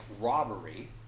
robbery